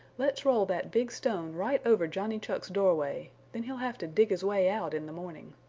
let's roll that big stone right over johnny chuck's doorway then he'll have to dig his way out in the morning.